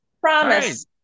Promise